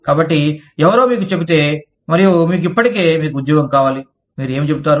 కాబట్టి ఎవరో మీకు చెబితే మరియు మీకు ఇప్పటికే మీకు ఉద్యోగం కావాలి మీరు ఏమి చెబుతారు